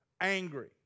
angry